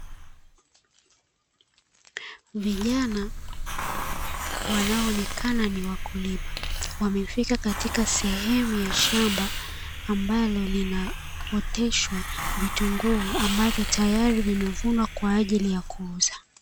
Vijana wanaoonekana ni wakulima, wamefika katika sehemu ya shamba ambalo linaoteshwa vitunguu ambavyo tayari vimevunwa kwaajili ya kuuza.